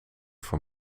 voor